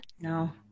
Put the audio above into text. No